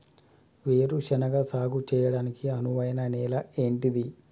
వేరు శనగ సాగు చేయడానికి అనువైన నేల ఏంటిది?